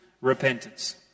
repentance